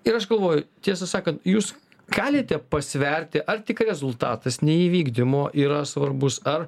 ir aš galvoju tiesą sakant jūs galite pasverti ar tik rezultatas neįvykdymo yra svarbus ar